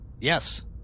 Yes